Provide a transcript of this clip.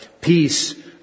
peace